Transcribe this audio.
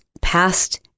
past